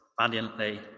valiantly